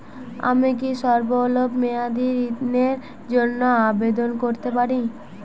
আমি কি স্বল্প মেয়াদি ঋণের জন্যে আবেদন করতে পারি?